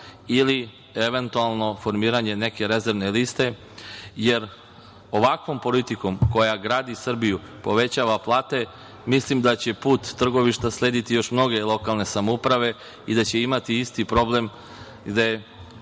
ili, eventualno, formiranje neke rezervne liste. Jer, ovakvom politikom koja gradi Srbiju, povećava plate, mislim da će put Trgovišta slediti još mnoge lokalne samouprave i da će imati isti problem, gde